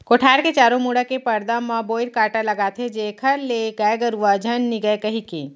कोठार के चारों मुड़ा के परदा म बोइर कांटा लगाथें जेखर ले गाय गरुवा झन निगय कहिके